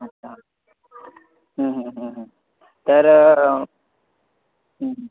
अच्छा तर